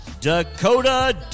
Dakota